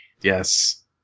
Yes